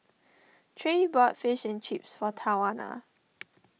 Trey bought Fish and Chips for Tawana